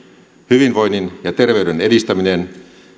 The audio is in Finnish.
hyvinvoinnin ja terveyden edistäminen